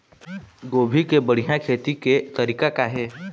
गोभी के बढ़िया खेती के तरीका का हे?